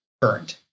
burned